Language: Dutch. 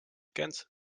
kent